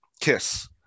Kiss